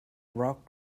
rock